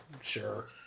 Sure